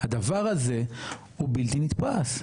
הדבר הזה הוא בלתי נתפס.